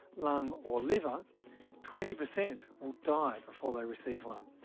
lung or liver twenty percent will die before they receive one.